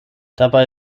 dabei